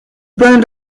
brand